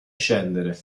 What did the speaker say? scendere